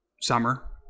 summer